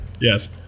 Yes